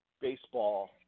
baseball